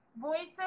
voices